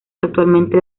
actualmente